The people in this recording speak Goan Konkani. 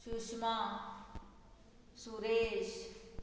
सुशमा सुरेश